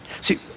See